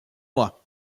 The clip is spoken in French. mois